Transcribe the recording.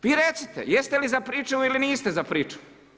Vi recite jeste li za pričuvu ili niste za pričuvu.